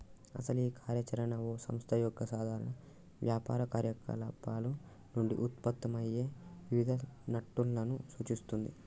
అసలు ఈ కార్య చరణ ఓ సంస్థ యొక్క సాధారణ వ్యాపార కార్యకలాపాలు నుండి ఉత్పన్నమయ్యే వివిధ నట్టులను సూచిస్తుంది